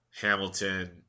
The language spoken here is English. Hamilton